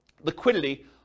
liquidity